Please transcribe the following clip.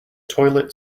toilet